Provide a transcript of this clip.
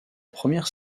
première